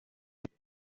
ella